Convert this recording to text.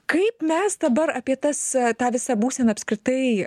kaip mes dabar apie tas tą visą būseną apskritai